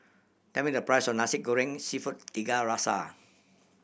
tell me the price of Nasi Goreng Seafood Tiga Rasa